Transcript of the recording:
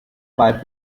pipe